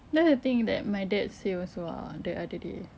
that's the thing that my dad say also ah the other day